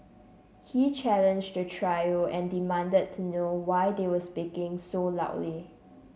he challenged the trio and demanded to know why they were speaking so loudly